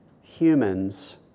humans